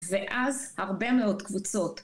ואז הרבה מאוד קבוצות.